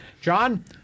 John